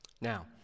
Now